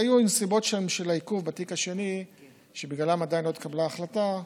היו נסיבות של העיכוב בתיק השני שבגללן עדיין לא התקבלה החלטה,